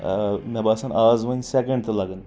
مےٚ باسان آز وۄنۍ سیکنڈ تہِ لگان